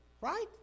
Right